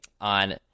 on